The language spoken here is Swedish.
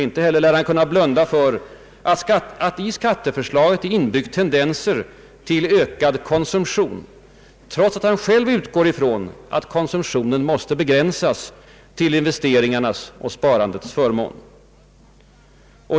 Inte heller lär han kunna blunda för att i skatteförslaget är inbyggt tendenser till ökad konsumtion, trots att han själv utgår från att konsumtionen måste begränsas till investeringarnas och sparandets förmån.